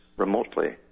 remotely